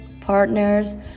partners